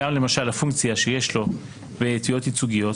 גם למשל הפונקציה שיש לו בתביעות ייצוגיות.